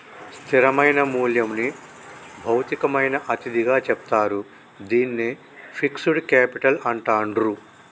స్థిరమైన మూల్యంని భౌతికమైన అతిథిగా చెప్తారు, దీన్నే ఫిక్స్డ్ కేపిటల్ అంటాండ్రు